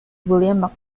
william